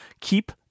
keep